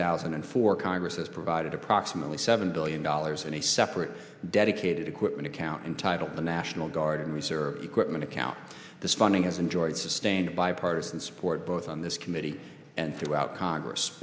thousand and four congress has provided approximately seven billion dollars and a separate dedicated equipment account entitled the national guard and reserve equipment account this funding has enjoyed sustained bipartisan support both on this committee and throughout congress